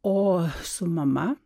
o su mama